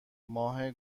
ماه